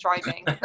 driving